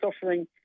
suffering